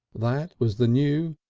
that was the new,